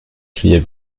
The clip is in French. criait